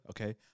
okay